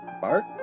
bark